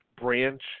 branch